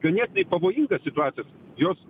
ganėtinai pavojingas situacijas jos